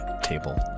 Table